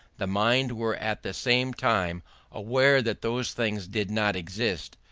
the mind were at the same time aware that those things did not exist,